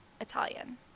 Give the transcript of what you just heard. italian